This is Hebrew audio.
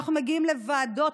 אנחנו מגיעים לוועדות,